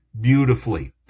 beautifully